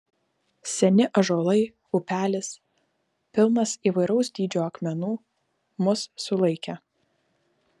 seni ąžuolai upelis pilnas įvairaus dydžio akmenų mus sulaikė